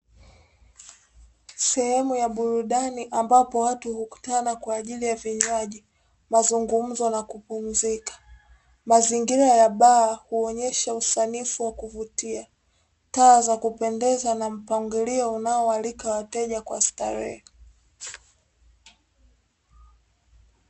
Sehemu ya burudani ambapo watu wamekutana kwa ajili ya vinywaji, mazungumzo na kupumzika. Mazingira ya baa huonyesha usanifu wa kuvutia, taa za kupendeza na mpangilio unaoalika wateja kwa starehe.